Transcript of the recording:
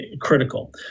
critical